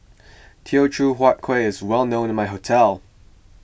Teochew Huat Kueh is well known in my hometown